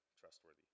trustworthy